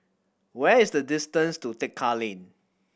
where is the distance to Tekka Lane